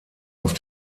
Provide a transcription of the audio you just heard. auf